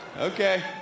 Okay